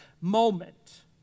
moment